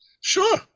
Sure